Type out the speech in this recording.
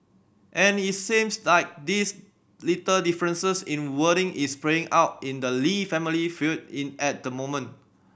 and it sames like these little differences in wording is playing out in the Lee family feud in at the moment